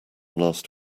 last